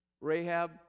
Rahab